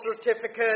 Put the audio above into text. certificate